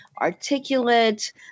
articulate